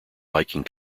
biking